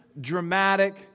dramatic